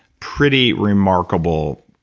pretty remarkable